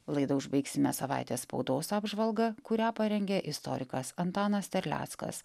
laidą užbaigsime savaitės spaudos apžvalga kurią parengė istorikas antanas terleckas